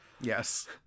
yes